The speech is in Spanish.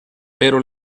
pero